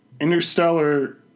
interstellar